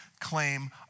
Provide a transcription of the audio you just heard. claim